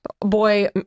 boy